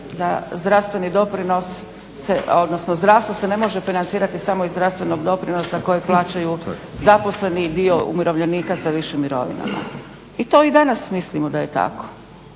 da zdravstveni doprinos se, odnosno zdravstvo se ne može financirati samo iz zdravstvenog doprinosa kojeg plaćaju zaposleni i dio umirovljenika sa višim mirovinama. I to i danas mislimo da je tako,